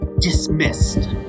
Dismissed